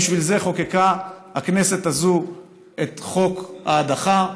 בשביל זה חוקקה הכנסת הזו את חוק ההדחה,